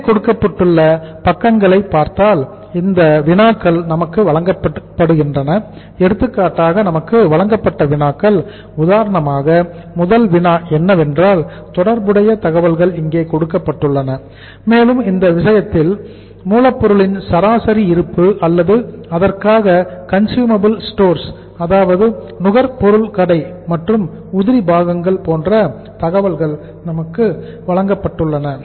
மேலே கொடுக்கப்பட்டுள்ள பக்கங்களை பார்த்தால் இந்த வினாக்கள் நமக்கு வழங்கப்படுகின்றன எடுத்துக்காட்டாக நமக்கு வழங்கப்பட்ட வினாக்கள் உதாரணமாக முதல் வினா என்னவென்றால் தொடர்புடைய தகவல்கள் இங்கே கொடுக்கப்பட்டுள்ளன மேலும் இந்த விஷயத்தில் மூலப்பொருளின் சராசரி இருப்பு அல்லது அதற்காக கன்ஸ்யூமபில் ஸ்டோர்ஸ் அதாவது நுகர் பொருட்கள் கடை மற்றும் உதிரி பாகங்கள் போன்ற தகவல்கள் நமக்கு வழங்கப்பட்டுள்ளன